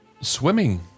swimming